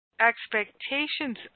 expectations